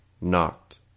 knocked